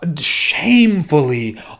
shamefully